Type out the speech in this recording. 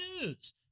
news